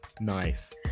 Nice